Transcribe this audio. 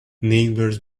neighbors